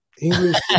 English